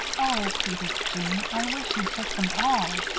oh, pleaded jeanne, i wish you'd take them all.